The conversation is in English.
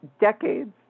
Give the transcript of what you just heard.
decades